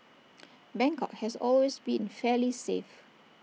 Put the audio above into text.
Bangkok has always been fairly safe